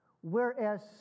whereas